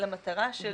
למטרה של